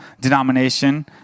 denomination